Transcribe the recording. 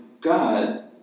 God